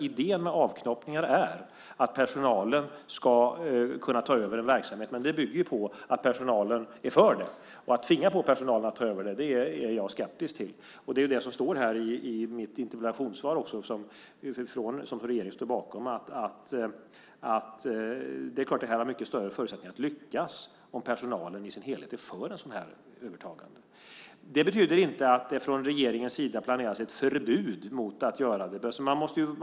Idén med avknoppningen är att personalen ska kunna ta över en verksamhet, men det bygger på att personalen är för det. Att tvinga personalen att ta över är jag skeptisk till. Det är det som står i mitt interpellationssvar och som regeringen står bakom. Man har naturligtvis mycket större möjligheter att lyckas om personalen i sin helhet är för övertagandet. Det betyder inte att det från regeringens sida planeras ett förbud mot att göra det.